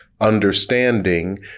understanding